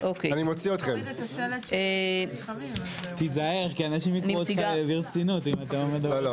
על מרכז מיפוי ישראל, להעביר את המידע --- לא.